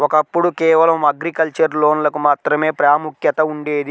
ఒకప్పుడు కేవలం అగ్రికల్చర్ లోన్లకు మాత్రమే ప్రాముఖ్యత ఉండేది